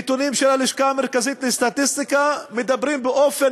נתונים של הלשכה המרכזית לסטטיסטיקה מדברים באופן